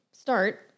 start